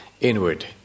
inward